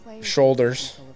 shoulders